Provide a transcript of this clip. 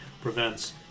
prevents